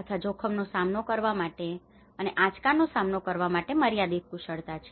અથવા જોખમનો સામનો કરવા માટે અને આંચકાનો સામનો કરવા માટે મર્યાદિત કુશળતા છે